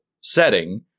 setting